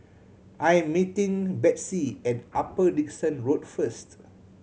I'm meeting Betsey at Upper Dickson Road first